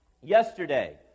yesterday